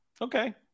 Okay